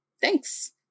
Thanks